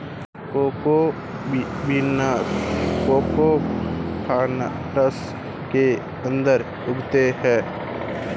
cocoa beans cocoa pods के अंदर उगते हैं